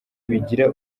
bigira